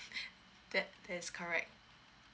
that that's correct